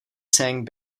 sang